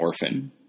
orphan